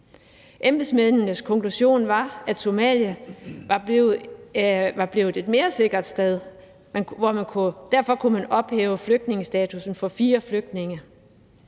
Embedsmændenes konklusion var, at Somalia var blevet et mere sikkert sted, og derfor kunne man ophæve flygtningestatus for fire flygtninge.